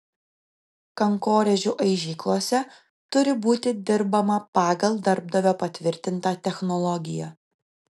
kankorėžių aižyklose turi būti dirbama pagal darbdavio patvirtintą technologiją